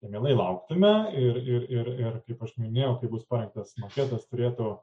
mielai lauktume ir ir kaip aš minėjau kai bus parengtas maketas turėtų